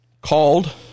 called